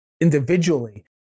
individually